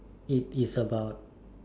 it is about